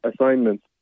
assignments